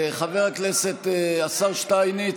חבר הכנסת השר שטייניץ,